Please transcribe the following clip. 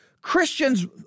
Christians